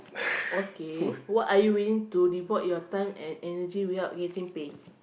okay what are you willing to devote your time and energy without getting pay